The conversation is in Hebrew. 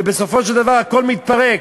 ובסופו של דבר הכול מתפרק.